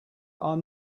are